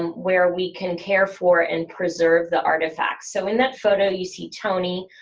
um were we can care for and preserve the artefacts, so in that photo you see tony,